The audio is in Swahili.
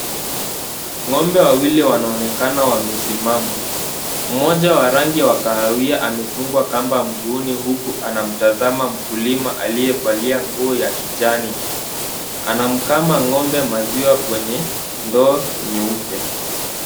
Ngombe wawili wanaonekana wamesimama mmoja wa rangi ya kahawia amefungwa kamba mkuuni uku anamtazama mkulima aliyevalia nguo ya kijani anamkama ngombe maziwa kwenye ndoo nyeupe